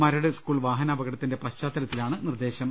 Maradu school വാഹനാപകടത്തിന്റെ പശ്ചാത്തലത്തിലാണ് നിർദ്ദേശം